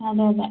അതെ അതെ